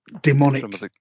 demonic